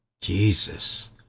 Jesus